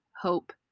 hope